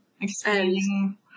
Explaining